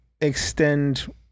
extend